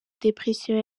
depression